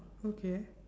okay